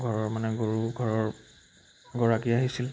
ঘৰৰ মানে গৰু ঘৰৰ গৰাকী আহিছিল